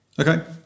Okay